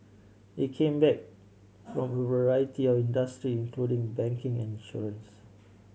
they came back from a variety of industry including banking and insurance